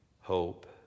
hope